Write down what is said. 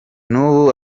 nubu